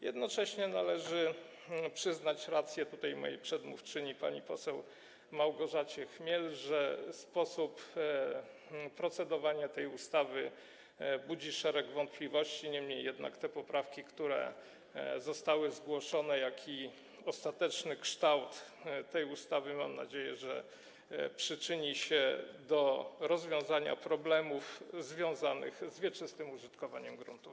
Jednocześnie należy przyznać rację mojej przedmówczyni - pani poseł Małgorzacie Chmiel, że sposób procedowania nad tą ustawą budzi szereg wątpliwości, niemniej jednak te poprawki, które zostały zgłoszone, jak również ostateczny kształt tej ustawy, mam taką nadzieję, przyczynią się do rozwiązania problemów związanych z wieczystym użytkowaniem gruntów.